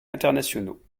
internationaux